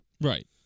right